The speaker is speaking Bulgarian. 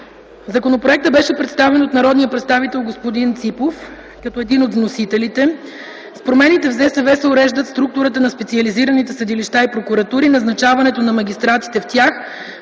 Законопроектът беше представен от народния представител господин Ципов, като един от вносителите. С промените в Закона за съдебната власт се уреждат структурата на специализираните съдилища и прокуратури, назначаването на магистратите в тях,